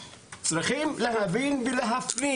צריך להבין ולהפנים